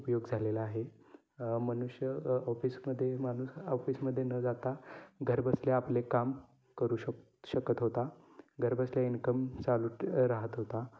उपयोग झालेला आहे मनुष्य ऑफिसमध्ये माणूस ऑफिसमध्ये न जाता घरबसल्या आपले काम करू शक शकत होता घरबसल्या इन्कम चालू राहत होता